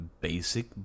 basic